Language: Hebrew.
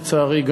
לצערי,